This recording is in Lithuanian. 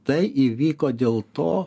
tai įvyko dėl to